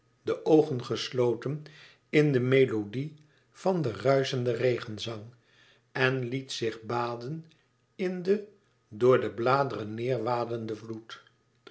de oogen gesloten in de melodie van den ruischenden regenzang en liet zich baden in den door de bladeren neêr wadenden vloed